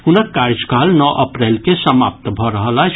हुनक कार्यकाल नओ अप्रैल के समाप्त भऽ रहल अछि